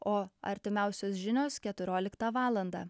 o artimiausios žinios keturioliktą valandą